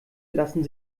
lassen